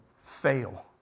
fail